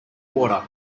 water